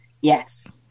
yes